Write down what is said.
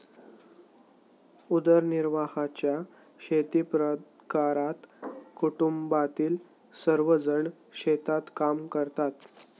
उदरनिर्वाहाच्या शेतीप्रकारात कुटुंबातील सर्वजण शेतात काम करतात